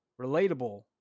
relatable